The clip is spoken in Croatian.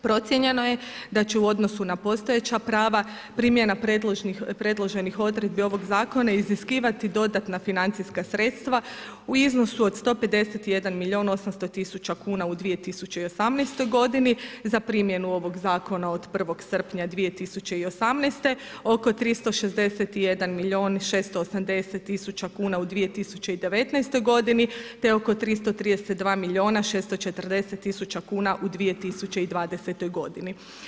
Procijenjeno je da će u odnosu na postojeća prava primjena predloženih odredbi ovog zakona iziskivati dodatna financijska sredstva u iznosu od 151 milijun 800 tisuća kuna u 2018. godini za primjenu ovog zakona od 1. srpnja 2018. oko 361 milijun i 680 tisuća kuna u 2019. godini te oko 332 milijuna 640 tisuća kuna u 2020. godini.